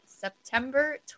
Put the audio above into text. September